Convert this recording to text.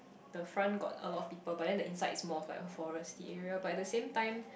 the front got a lot of people but then the inside is more forestry area but the same time